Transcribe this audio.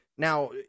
Now